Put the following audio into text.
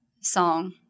song